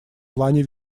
плане